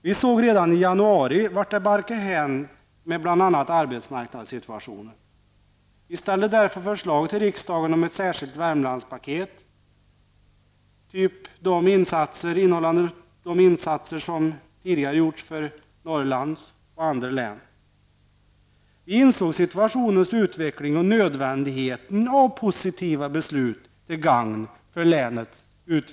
Vi såg redan i januari vart det barkade hän med bl.a. arbetsmarknadssituationen. Vi ställde därför förslag i riksdagen om ett särskilt Värmlandspaket, med den typ av insatser som tidigare gjorts för andra län, bl.a. i Norrland. Vi insåg hur situationen skulle komma att utvecklas och nödvändigheten av positiva beslut till gagn för länet.